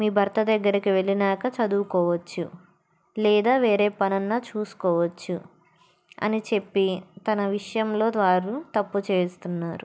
మీ భర్త దగ్గరికి వెళ్ళాక చదువుకోవచ్చు లేదా వేరే పనైనా చూసుకోవచ్చు అని చెప్పి తన విషయంలో వారు తప్పు చేస్తున్నారు